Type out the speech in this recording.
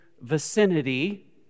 vicinity